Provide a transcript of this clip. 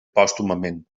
pòstumament